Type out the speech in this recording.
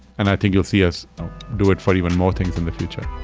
and i think you'll see us do it for even more things in the future.